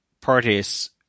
parties